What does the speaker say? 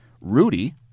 Rudy